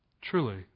Truly